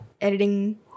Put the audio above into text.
editing